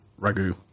ragu